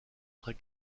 très